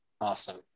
Awesome